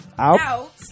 Out